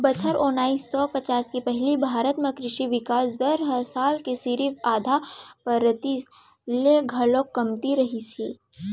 बछर ओनाइस सौ पचास के पहिली भारत म कृसि बिकास दर हर साल के सिरिफ आधा परतिसत ले घलौ कमती रहिस हे